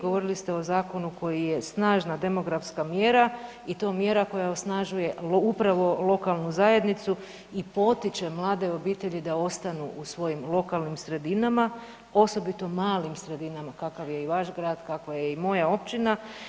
Govorili ste o zakonu koji je snažna demografska mjera i to mjera koja osnažuje upravo lokalnu zajednicu i potiče mlade obitelji da ostanu u svojim lokalnim sredinama osobito malim sredinama kakav je i vaš grad, tako je i moja općina.